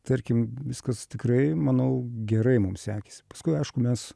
tarkim viskas tikrai manau gerai mum sekėsi paskui aišku mes